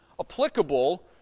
applicable